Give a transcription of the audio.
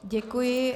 Děkuji.